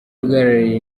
uhagarariye